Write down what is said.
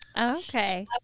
Okay